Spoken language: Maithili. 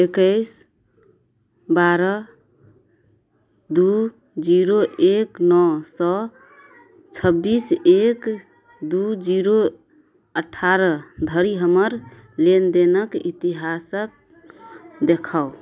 एकैस बारह दुइ जीरो एक नओ सओ छब्बीस एक दुइ जीरो अठारह धरि हमर लेनदेनके इतिहासकेँ देखाउ